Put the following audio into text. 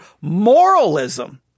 moralism